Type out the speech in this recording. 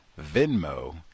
Venmo